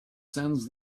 sends